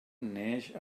neix